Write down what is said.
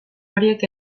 horiek